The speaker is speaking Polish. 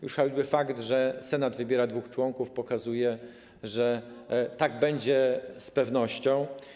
Już fakt, że Senat wybiera dwóch członków, pokazuje, że tak będzie z pewnością.